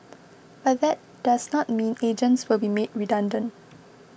but that does not mean agents will be made redundant